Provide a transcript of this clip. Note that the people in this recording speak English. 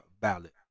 ballot